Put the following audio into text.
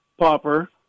popper